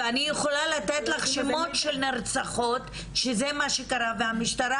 ואני יכולה לתת לך שמות של נרצחות שזה מה שקרה והמשטרה